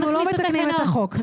אנחנו לא מתקנים את החוק.